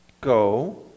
go